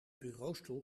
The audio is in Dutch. bureaustoel